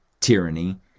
tyranny